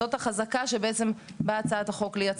זאת החזקה שבאה הצעת החוק לייצר כאן.